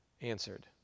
answered